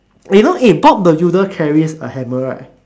you know eh Bob the builder carries a hammer right